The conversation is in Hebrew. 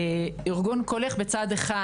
בצד אחד,